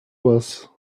was